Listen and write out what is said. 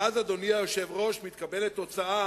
ואז, אדוני היושב-ראש, מתקבלת הוצאה